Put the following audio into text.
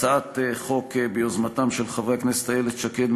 הצעת חוק ביוזמתם של חברי הכנסת איילת שקד,